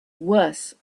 worse